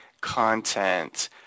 content